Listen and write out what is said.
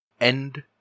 end